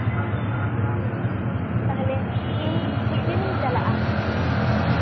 ᱦᱮᱸ ᱛᱟᱦᱞᱮ ᱤᱧ ᱢᱤᱫ ᱫᱤᱱᱤᱧ ᱪᱟᱞᱟᱜᱼᱟ